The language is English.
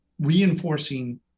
reinforcing